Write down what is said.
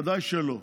ודאי שלא.